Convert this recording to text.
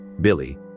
Billy